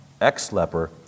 ex-leper